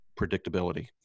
predictability